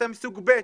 שאתם סוג ב',